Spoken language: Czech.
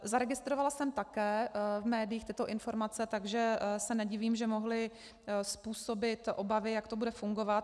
Zaregistrovala jsem také v médiích tyto informace, takže se nedivím, že mohly způsobit obavy, jak to bude fungovat.